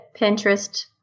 Pinterest